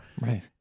Right